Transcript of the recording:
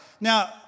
Now